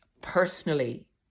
personally